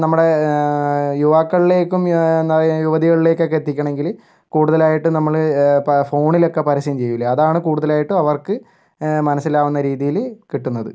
നമ്മുടെ യുവാക്കളിലേക്കും എന്താ പറയുക യുവതികളിലേക്കൊക്കെ എത്തിക്കണമെങ്കില് കൂടുതലായിട്ടും നമ്മള് ഫോണിലൊക്കെ പരസ്യം ചെയ്യൂല്ലേ അതാണ് കൂടുതലായിട്ടും അവർക്ക് മനസിലാവുന്ന രീതിയില് കിട്ടുന്നത്